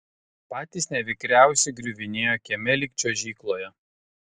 patys nevikriausi griuvinėjo kieme lyg čiuožykloje